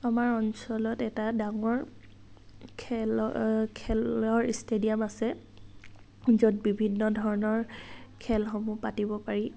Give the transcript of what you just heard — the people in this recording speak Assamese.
আমাৰ অঞ্চলত এটা ডাঙৰ খেল খেলৰ ষ্টেডিয়াম আছে য'ত বিভিন্ন ধৰণৰ খেলসমূহ পাতিব পাৰি